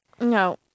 No